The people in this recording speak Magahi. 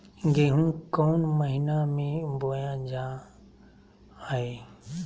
गेहूँ कौन महीना में बोया जा हाय?